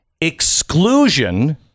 Exclusion